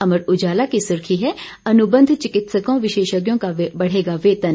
अमर उजाला की सुर्खी है अनुबंध चिकित्सकों विशेषज्ञों का बढ़ेगा वेतन